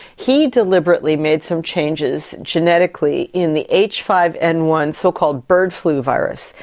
he deliberately made some changes genetically in the h five n one so-called bird flu virus.